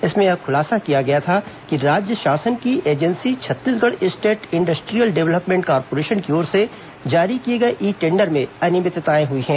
इसमें यह खुलासा किया था कि राज्य शासन की agency Chhattisgarh state industrial development corporation की ओर से जारी किए गए ई टेंडर में अनियमितताएं हुई हैं